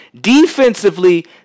Defensively